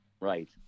right